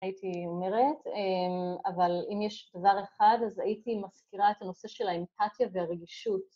הייתי אומרת, אבל אם יש דבר אחד אז הייתי מזכירה את הנושא של האמפתיה והרגישות.